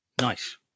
Nice